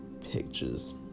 pictures